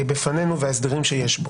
שבפנינו וההסדרים שיש בו.